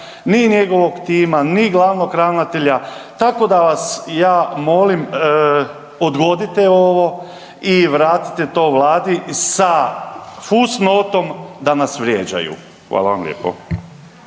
ni njegovog tima, ni glavnog ravnatelja, tako da vas ja molim odgodite ovo i vratite to vladi sa fus notom da nas vrijeđaju. Hvala vam lijepo.